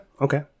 okay